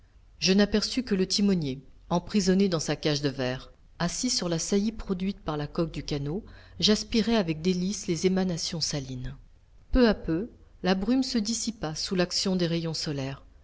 je n'aperçus que le timonier emprisonné dans sa cage de verre assis sur la saillie produite par la coque du canot j'aspirai avec délices les émanations salines peu à peu la brume se dissipa sous l'action des rayons solaires